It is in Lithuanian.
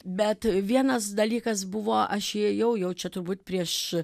bet vienas dalykas buvo aš įėjau jau čia turbūt prieš